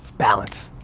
balance.